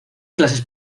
clases